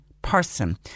Person